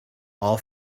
all